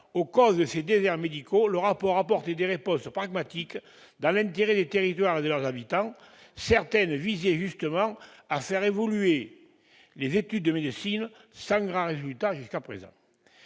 causes de ces déserts médicaux, le rapport apportait des réponses pragmatiques dans l'intérêt des territoires et de leurs habitants. Certaines visaient justement à faire évoluer les études de médecine, sans grand résultat jusqu'à présent.